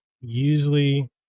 usually